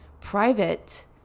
private